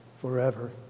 forever